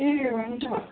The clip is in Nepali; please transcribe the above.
ए हुन्छ